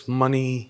money